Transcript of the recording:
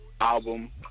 Album